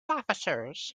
officers